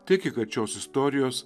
tiki kad šios istorijos